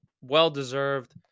well-deserved